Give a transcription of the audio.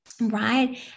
right